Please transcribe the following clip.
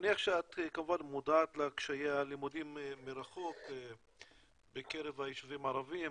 מניח שאת כמובן מודעת לקשיי הלימודים מרחוק בקרב היישובים הערבים,